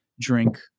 drink